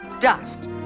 Dust